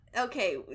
okay